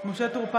משה טור פז,